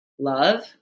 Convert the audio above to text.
love